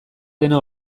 dena